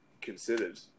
considered